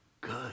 good